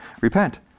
repent